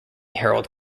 herald